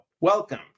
welcome